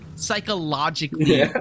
Psychologically